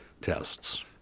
tests